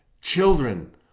children